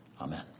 Amen